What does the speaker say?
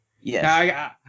Yes